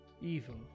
Evil